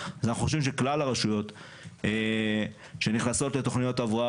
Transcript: אנחנו חושבים שכלל הרשויות שנכנסות לתוכניות הבראה